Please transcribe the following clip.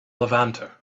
levanter